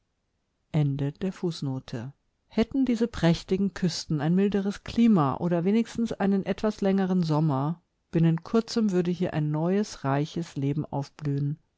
hätten biefe prächtigen lüften ein milbere älima ober tocmgftenö einen ettoa längeren sommer binnen turjem mürbe ijter ein neue reiche seben aufblühen